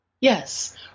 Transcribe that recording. Yes